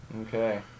Okay